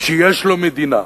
שיש לו מדינה,